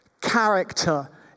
character